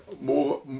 more